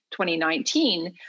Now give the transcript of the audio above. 2019